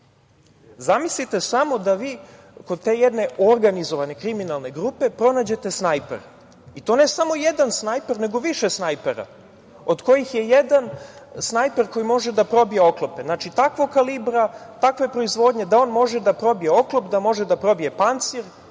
Zamislite samo da vi kod te jedne organizovane kriminalne grupe pronađete snajper i to ne samo jedan snajper nego više snajpera od kojih je jedan snajper koji može da probije oklope. Znači, takvog kalibra, takve proizvodnje da on može da probije oklop, da može da probije pancir,